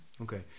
Okay